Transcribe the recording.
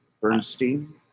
Bernstein